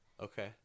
Okay